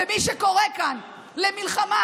ומי שקורא כאן למלחמה,